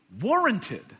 warranted